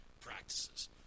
practices